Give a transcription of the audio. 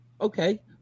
Okay